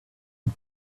you